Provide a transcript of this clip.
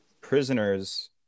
Prisoners